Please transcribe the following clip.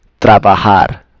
trabajar